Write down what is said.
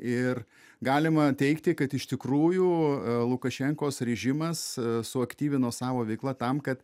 ir galima teigti kad iš tikrųjų lukašenkos režimas suaktyvino savo veiklą tam kad